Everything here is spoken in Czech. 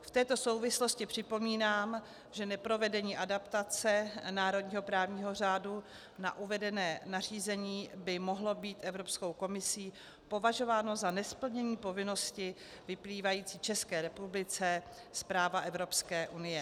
V této souvislosti připomínám, že neprovedení adaptace národního právního řádu na uvedené nařízení by mohlo být Evropskou komisí považováno za nesplnění povinnosti vyplývající České republice z práva Evropské unie.